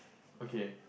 okay